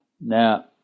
Now